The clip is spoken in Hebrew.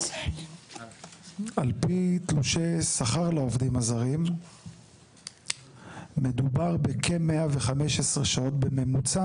על פי תלושי שכר לעובדים הזרים מדובר בכ-115 שעות בממוצע,